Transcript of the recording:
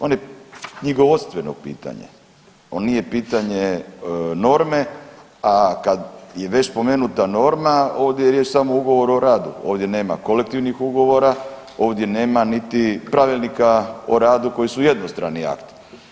On je knjigovodstveno pitanje, on nije pitanje norme, a kad je već spomenuta norma, ovdje je riječ samo o ugovoru u radu, ovdje nema kolektivnih ugovora, ovdje nema niti pravilnika o radu koji su jednostrani akti.